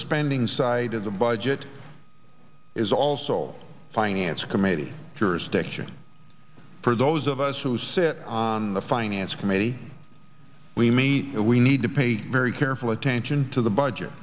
spending side of the budget is also finance committee jurisdiction for those of us who sit on the finance committee we meet that we need to pay very careful attention to the budget